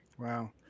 Wow